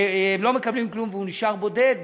הם לא מקבלים כלום ונשארים בודדים,